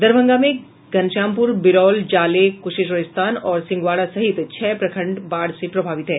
दरभंगा में घनश्यामपुर बिरौल जाले कुशेश्वरस्थान और सिंहवाड़ा सहित छह प्रखंड बाढ़ से प्रभावित हैं